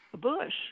Bush